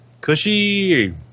cushy